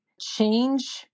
change